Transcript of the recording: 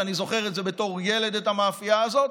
ואני זוכר בתור ילד את המאפייה הזאת,